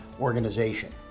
Organization